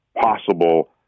possible